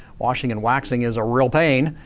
washing and waxing is a real pain,